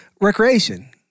recreation